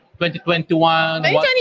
2021